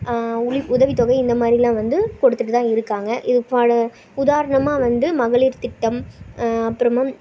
உளி உதவித்தொகை இந்தமாதிரிலாம் வந்து கொடுத்துகிட்டுதான் இருக்காங்க இப்போ உதாரணமாக வந்து மகளிர் திட்டம் அப்புறமா